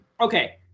Okay